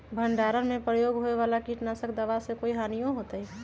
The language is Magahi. भंडारण में प्रयोग होए वाला किट नाशक दवा से कोई हानियों होतै?